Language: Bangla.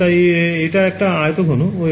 তাই এটা একটা আয়তঘন waveguide